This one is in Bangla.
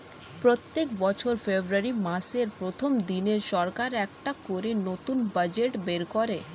প্রত্যেক বছর ফেব্রুয়ারি মাসের প্রথম দিনে সরকার একটা করে নতুন বাজেট বের করে